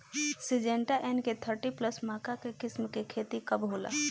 Syngenta N K thirty plus मक्का के किस्म के खेती कब होला?